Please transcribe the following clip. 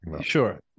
sure